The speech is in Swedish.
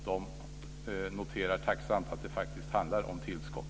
De noterar tacksamt att det faktiskt handlar om tillskott.